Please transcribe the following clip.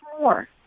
more